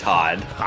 Todd